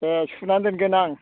दे सुना दोनगोन आं